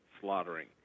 slaughtering